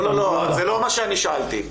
לא, זה לא מה שאני שאלתי.